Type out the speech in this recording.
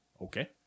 Okay